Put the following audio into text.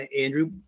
Andrew